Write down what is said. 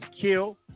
kill